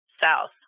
south